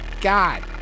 God